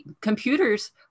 computers